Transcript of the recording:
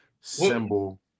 Symbol